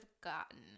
gotten